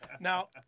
Now